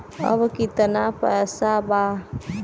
अब कितना पैसा बा?